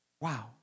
Wow